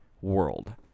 world